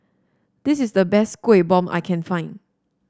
this is the best Kueh Bom I can find